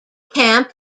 camp